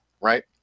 right